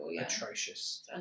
atrocious